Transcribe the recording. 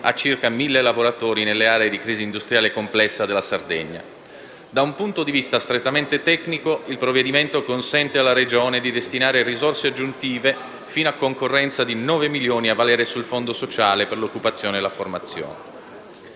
a circa 1.000 lavoratori nelle aree di crisi industriale complessa della Sardegna. Da un punto di vista strettamente tecnico, il provvedimento consente alla Regione di destinare risorse aggiuntive fino a concorrenza di 9 milioni a valere sul Fondo sociale per occupazione e formazione.